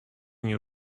nie